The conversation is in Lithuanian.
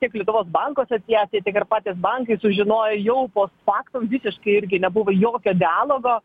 tiek lietuvos bankų asociacija tiek ir patys bankai sužinojo jau post factum visiškai irgi nebuvo jokio dialogo